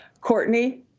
Courtney